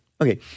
Okay